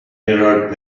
mirrored